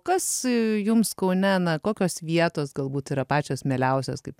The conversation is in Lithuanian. kas jums kaune na kokios vietos galbūt yra pačios mieliausios kaip